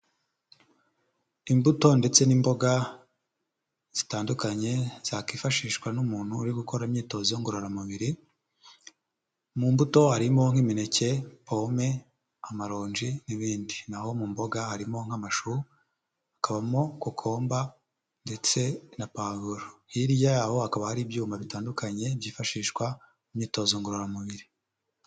Imbuto ndetse n'imboga zitandukanye zakwifashishwa n'umuntu uri gukora imyitozo ngororamubiri. Mu mbuto harimo nk'imineke, pome, amaronji n'ibindi, naho mu mboga harimo nk'amashu, hakabamo kokomba ndetse na pavuro. Hirya yaho hakaba hari ibyuma bitandukanye byifashishwa mu myitozo ngororamubiri.